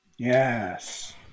Yes